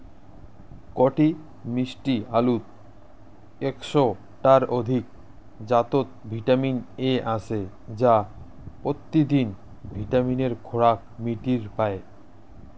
কটি মিষ্টি আলুত একশ টার অধিক জাতত ভিটামিন এ আছে যা পত্যিদিন ভিটামিনের খোরাক মিটির পায়